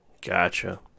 gotcha